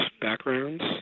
backgrounds